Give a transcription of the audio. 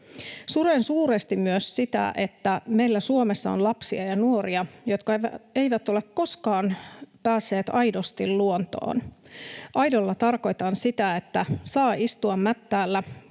Suren suuresti myös sitä, että meillä Suomessa on lapsia ja nuoria, jotka eivät ole koskaan päässeet aidosti luontoon. Aidolla tarkoitan sitä, että saa istua mättäällä